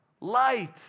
light